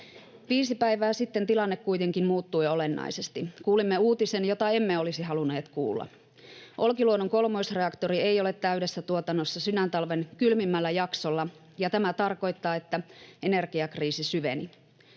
Viisi päivää sitten tilannekuva muuttui olennaisesti. Kuulimme uutisen, jota emme olisi halunneet kuulla. Olkiluodon kolmosreaktori ei ole täydessä tuotannossa sydäntalven kylmimmällä jaksolla, ja tämä tarkoittaa, että energiakriisi syveni.